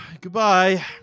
goodbye